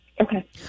Okay